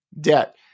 debt